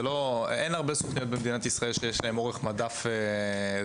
אין הרבה סוכנויות בישראל שיש להן אורך מדף רציני.